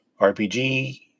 RPG